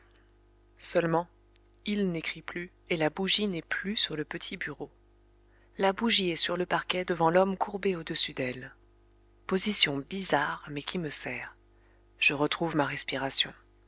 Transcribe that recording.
seulement il n'écrit plus et la bougie n'est plus sur le petit bureau la bougie est sur le parquet devant l'homme courbé au-dessus d'elle position bizarre mais qui me sert je retrouve ma respiration